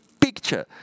picture